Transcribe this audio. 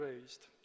raised